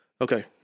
Okay